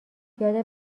یاد